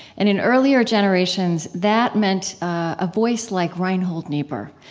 and, in earlier generations, that meant a voice like reinhold niebuhr,